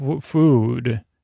food